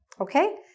Okay